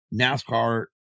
NASCAR